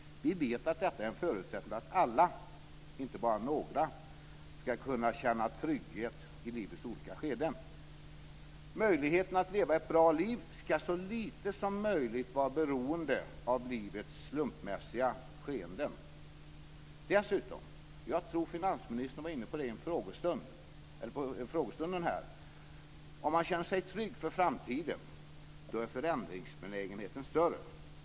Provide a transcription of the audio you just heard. Vi vet att detta är en förutsättning för att alla, inte bara några, ska kunna känna trygghet i livets olika skeden. Möjligheten att leva ett bra liv ska så lite som möjligt vara beroende av livets slumpmässiga skeenden. Dessutom är det så, och jag tror att finansministern var inne på det i frågestunden här, att om man känner sig trygg för framtiden är förändringsbenägenheten större.